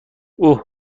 اوه